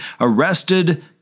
arrested